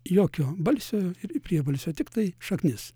jokio balsio priebalsio tiktai šaknis